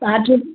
तव्हांजो बि